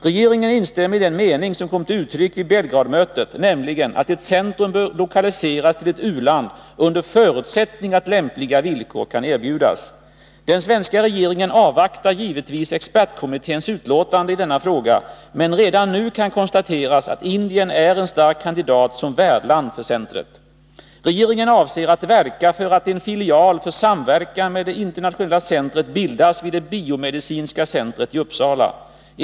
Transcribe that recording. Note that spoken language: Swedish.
Regeringen instämmer i den mening som kom till uttryck vid Belgradmötet, nämligen att ett centrum bör lokaliseras till ett u-land under förutsättning att lämpliga villkor kan erbjudas. Den svenska regeringen avvaktar givetvis expertkommitténs utlåtande i denna fråga, men redan nu kan konstateras att Indien är en stark kandidat som värdland för centret. Regeringen avser att verka för att en filial för samverkan med det internationella centret bildas vid biomedicinska centret i Uppsala.